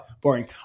Boring